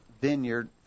vineyard